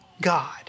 God